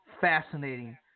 fascinating